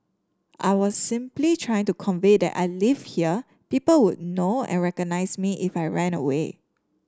I was simply trying to convey that I lived here people would know and recognise me if I ran away